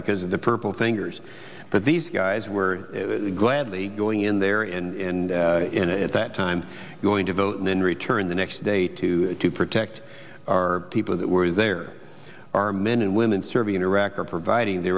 because of the purple fingers but these guys were gladly going in there and at that time going to vote and then return the next day to to protect our people that were there are men and women serving in iraq or providing the